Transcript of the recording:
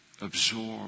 absorb